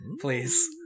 Please